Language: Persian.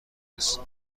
است